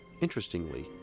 Interestingly